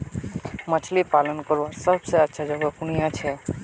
मछली पालन करवार सबसे अच्छा जगह कुनियाँ छे?